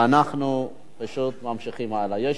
ואנחנו פשוט ממשיכים הלאה.